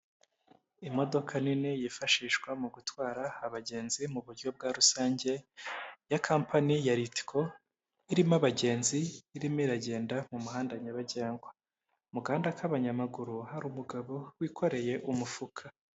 Imodoka nini yifashishwa mu gutwara abagenzi mu buryo bwa rusange, ya company ya Ritco irimo abagenzi, irimo iragenda mu muhanda nyabagendwa. Mu gahanda k'abanyamaguru hari umugabo wikoreye umufuka.